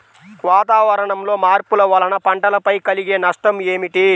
వాతావరణంలో మార్పుల వలన పంటలపై కలిగే నష్టం ఏమిటీ?